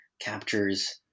captures